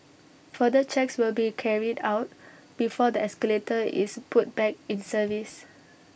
further checks will be carried out before the escalator is put back in service